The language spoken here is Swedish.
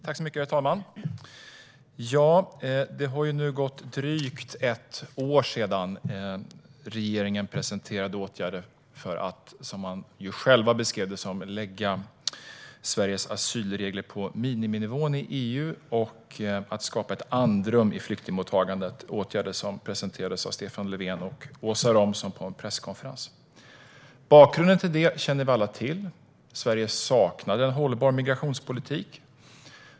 Herr talman! Det har nu gått drygt ett år sedan regeringen presenterade åtgärder för att, som den själv beskrev det, lägga Sveriges asylregler på EU:s miniminivå och skapa ett andrum i flyktingmottagandet. Det var åtgärder som presenterades av Stefan Löfven och Åsa Romson på en presskonferens. Bakgrunden till detta känner vi alla till. Sverige saknade en hållbar migrationspolitik.